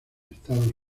estados